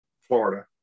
Florida